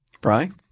Brian